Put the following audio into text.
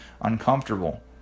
uncomfortable